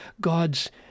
God's